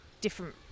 different